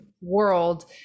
world